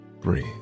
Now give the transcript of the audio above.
breathe